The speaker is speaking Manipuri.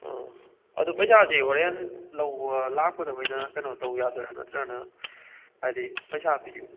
ꯑꯥ ꯑꯗꯨ ꯄꯩꯁꯥꯁꯤ ꯍꯣꯔꯦꯟ ꯂꯧꯕ ꯂꯥꯛꯄꯗ ꯑꯣꯏꯅ ꯀꯩꯅꯣ ꯇꯧ ꯌꯥꯗꯣꯏꯔꯥ ꯅꯠꯇ꯭ꯔꯒꯅ ꯍꯥꯏꯗꯤ ꯄꯩꯁꯥ ꯄꯤꯕꯗꯣ